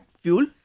fuel